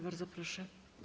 Bardzo proszę.